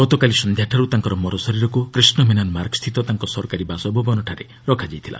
ଗତକାଲି ସନ୍ଧ୍ୟାଠାରୁ ତାଙ୍କର ମରଶରୀରକୁ କ୍ରିଷ୍ଣ ମେନନ୍ ମାର୍ଗସ୍ଥିତ ତାଙ୍କ ସରକାରୀ ବାସଭବନଠାରେ ରଖାଯାଇଥିଲା